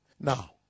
Now